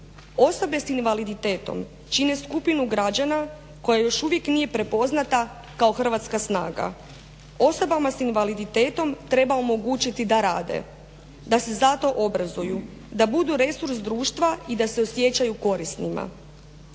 osobe sa invaliditetom čine skupinu građana koja još uvijek nije prepoznata kao hrvatska snaga. Osobama sa invaliditetom treba omogućiti da rade, da se za to obrazuju, da budu resurs društva i da se osjećaju korisnima.